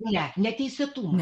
ne ne teisėtumas